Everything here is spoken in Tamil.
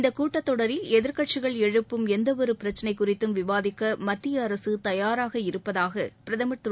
இந்தக் கூட்டத் தொடரில் எதிர்க்கட்சிகள் எழுப்பும் எந்தப் பிரச்சினை குறித்தும் விவாதிக்க மத்திய அரசு தயாராக இருப்பதாக பிரதமர் திரு